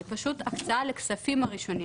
היא פשוט הקצאה לכספים הראשונים.